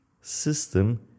system